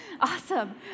Awesome